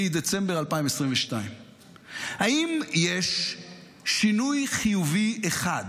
מדצמבר 2022. האם יש שינוי חיובי אחד